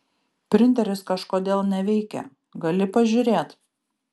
printeris kažkodėl neveikia gali pažiūrėt